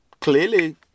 clearly